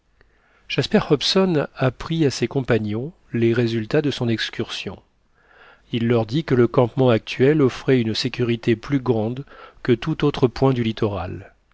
jasper hobson apprit à ses compagnons les résultats de son excursion il leur dit que le campement actuel offrait une sécurité plus grande que tout autre point du littoral